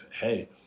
hey